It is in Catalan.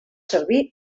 servir